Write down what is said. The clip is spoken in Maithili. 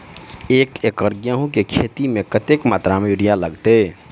एक एकड़ गेंहूँ केँ खेती मे कतेक मात्रा मे यूरिया लागतै?